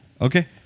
Okay